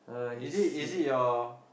is it is it your